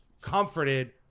comforted